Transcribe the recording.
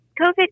COVID